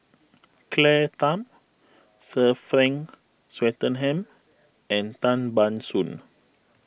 Claire Tham Sir Frank Swettenham and Tan Ban Soon